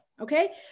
Okay